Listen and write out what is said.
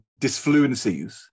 disfluencies